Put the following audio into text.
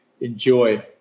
enjoy